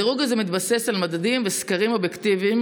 הדירוג הזה מתבסס על מדדים וסקרים אובייקטיביים,